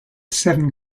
seven